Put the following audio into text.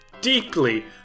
deeply